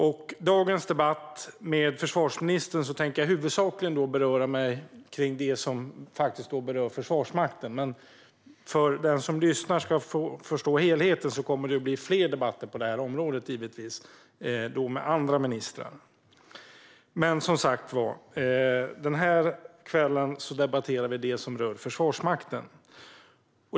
I denna debatt med försvarsministern tänker jag huvudsakligen uppehålla mig vid det som faktiskt berör Försvarsmakten, men för att den som lyssnar ska förstå helheten vill jag säga att det givetvis kommer att bli fler debatter på området - då med andra ministrar. Denna kväll debatterar vi dock som sagt det som rör Försvarsmakten.